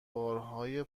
بارهای